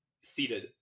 seated